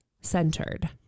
centered